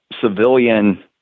civilian